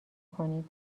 کنید